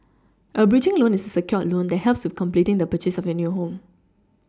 a bridging loan is a secured loan that helps with completing the purchase of your new home